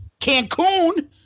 Cancun